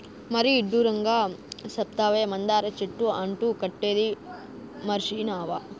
మరీ ఇడ్డూరంగా సెప్తావే, మందార చెట్టు అంటు కట్టేదీ మర్సినావా